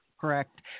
Correct